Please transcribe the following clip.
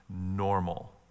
normal